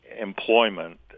employment